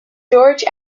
george